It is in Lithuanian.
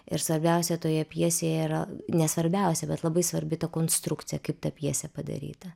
ir svarbiausia toje pjesėje yra ne svarbiausia bet labai svarbi ta konstrukcija kaip ta pjesė padaryta